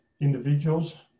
individuals